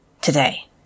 today